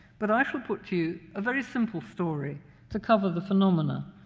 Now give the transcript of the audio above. but i shall put to you a very simple story to cover the phenomena.